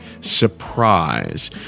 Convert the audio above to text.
Surprise